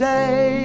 Day